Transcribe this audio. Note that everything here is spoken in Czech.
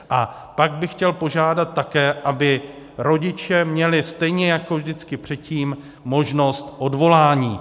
A pak bych chtěl požádat také, aby rodiče měli stejně jako vždycky předtím možnost odvolání.